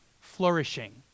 flourishing